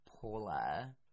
Paula